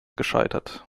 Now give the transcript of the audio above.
gescheitert